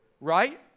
Right